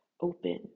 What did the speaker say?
open